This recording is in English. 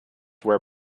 wear